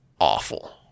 Awful